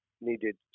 needed